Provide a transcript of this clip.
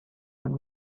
and